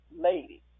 lady